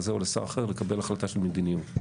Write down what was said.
כזה או לשר אחר לקבל החלטה של מדיניות,